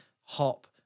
hop